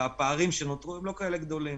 והפערים שנותרו לא כאלה גדולים.